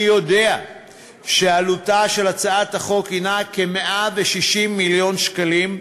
אני יודע שעלותה של הצעת החוק הנה כ-160 מיליון שקלים,